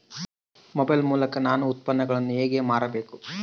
Mobile ಮೂಲಕ ನಾನು ಉತ್ಪನ್ನಗಳನ್ನು ಹೇಗೆ ಮಾರಬೇಕು?